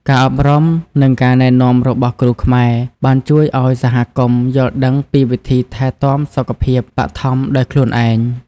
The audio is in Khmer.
ការអប់រំ និងការណែនាំរបស់គ្រូខ្មែរបានជួយឱ្យសហគមន៍យល់ដឹងពីវិធីថែទាំសុខភាពបឋមដោយខ្លួនឯង។